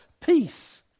Peace